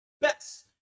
best